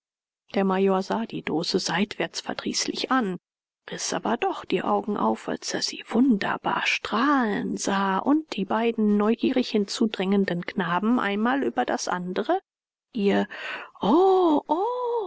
der major sah die dose seitwärts verdrießlich an riß aber doch die augen auf als er sie wunderbar strahlen sah und die beiden neugierig hinzudrängenden knaben einmal über das andere ihr oh